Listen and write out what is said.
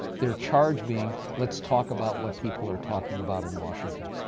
their charge being, let's talk about what people are talking about in washington.